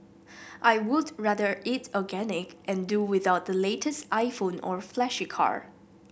I would rather eat organic and do without the latest iPhone or flashy car